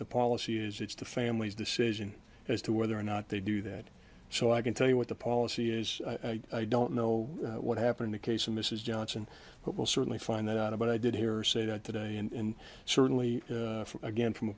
the policy is it's the family's decision as to whether or not they do that so i can tell you what the policy is i don't know what happened in the case of mrs johnson but will certainly find out about i did hear say that today and certainly again from a